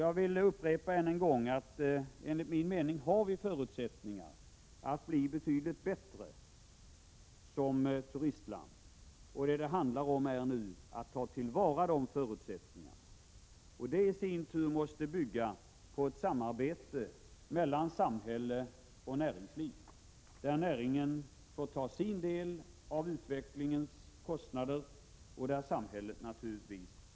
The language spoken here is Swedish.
Jag vill upprepa att Sverige enligt min mening har förutsättningar att bli betydligt bättre som turistland. Vad det handlar om är att nu ta till vara de förutsättningarna. Det måste bygga på ett samarbete mellan samhälle och näringsliv, där näringen får ta sin del av utvecklingskostnaderna och samhället får ta sin.